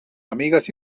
amigas